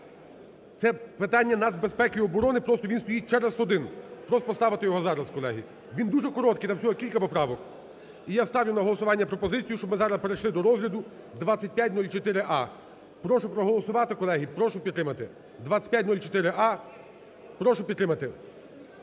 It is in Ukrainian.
Це питання нацбезпеки і оборони, просто він стоїть через один. Прошу поставити його зараз, колеги, він дуже короткий там всього кілька поправок. І я ставлю на голосування пропозицію, щоб зараз перейшли до розгляду 2504а. Прошу проголосувати, колеги, прошу підтримати 2504а. Прошу підтримати,